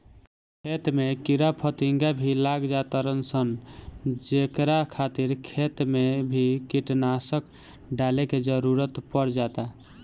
खेत में कीड़ा फतिंगा भी लाग जातार सन जेकरा खातिर खेत मे भी कीटनाशक डाले के जरुरत पड़ जाता